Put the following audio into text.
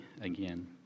again